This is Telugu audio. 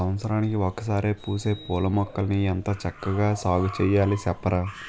సంవత్సరానికి ఒకసారే పూసే పూలమొక్కల్ని ఎంత చక్కా సాగుచెయ్యాలి సెప్పరా?